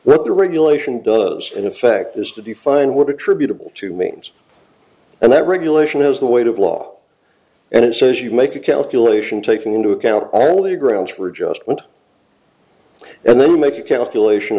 regulation does in effect is to define what attributable to means and that regulation has the weight of law and it says you make a calculation taking into account all the grounds for adjustment and then make a calculation